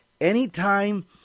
Anytime